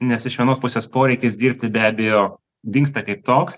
nes iš vienos pusės poreikis dirbti be abejo dingsta kaip toks